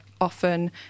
often